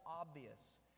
obvious